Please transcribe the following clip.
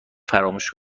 فراموش